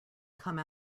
come